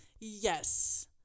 Yes